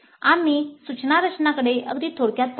आम्ही सूचना रचनाकडे अगदी थोडक्यात पाहिले